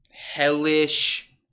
hellish